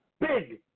big